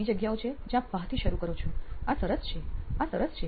એવી જગ્યાઓ છે જ્યાં આપ વાહથી શરૂ કરો છો આ સરસ છે આ સરસ છે